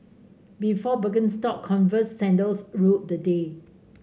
before Birkenstock Converse sandals ruled the day